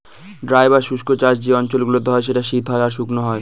dry বা শুস্ক চাষ যে অঞ্চল গুলোতে হয় সেখানে শীত হয় আর শুকনো হয়